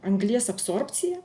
anglies absorbciją